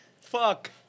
Fuck